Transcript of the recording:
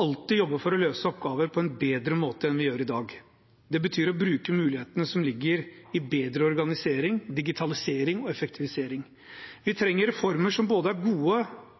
alltid jobbe for å løse oppgaver på en bedre måte enn vi gjør i dag. Det betyr å bruke mulighetene som ligger i bedre organisering, digitalisering og effektivisering. Vi trenger reformer som både er gode